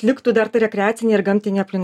liktų dar ta rekreacinė ir gamtinė aplinka